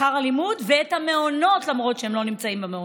שכר הלימוד ואת המעונות למרות שהם לא נמצאים במעונות.